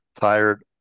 Tired